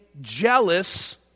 jealous